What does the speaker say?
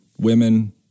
women